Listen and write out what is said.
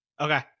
Okay